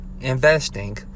investing